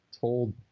told